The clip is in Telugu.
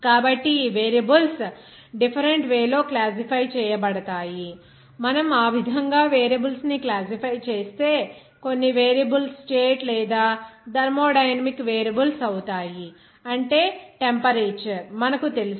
కాబట్టి ఈ వేరియబుల్స్ డిఫరెంట్ వే లో క్లాసిఫై చేయబడతాయి మనం ఆ విధంగా వేరియబుల్స్ ను క్లాసిఫై చేస్తే కొన్ని వేరియబుల్స్ స్టేట్ లేదా థర్మోడైనమిక్ వేరియబుల్స్ అవుతాయి అంటే టెంపరేచర్ మనకు తెలుసు